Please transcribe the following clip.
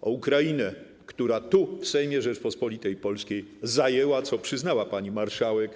Ukrainę, która tu, w Sejmie Rzeczypospolitej Polskiej zajęła, co przyznała pani marszałek.